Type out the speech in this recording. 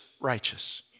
righteous